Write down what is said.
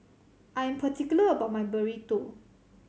I'm particular about my Burrito